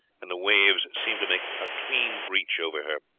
and the waves seemed to make a clean breach over her,